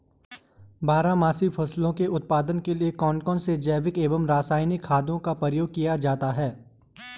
बारहमासी फसलों के उत्पादन के लिए कौन कौन से जैविक एवं रासायनिक खादों का प्रयोग किया जाता है?